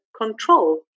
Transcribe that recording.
control